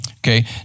Okay